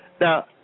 Now